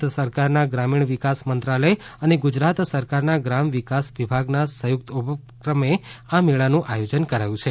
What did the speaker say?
ભારત સરકારના ગ્રામીણ વિકાસ મંત્રાલય અને ગુજરાત સરકારના ગ્રામ વિકાસ વિભાગના સંયુકત ઉપક્રમે આ મેળાનું આયોજન કરાયું છે